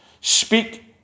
Speak